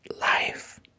life